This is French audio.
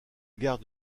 gare